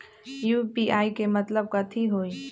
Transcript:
UPI के मतलब कथी होई?